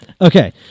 Okay